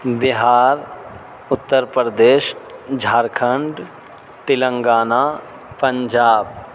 Bihar Uttar Pradesh Jharkhand Telangana Punjab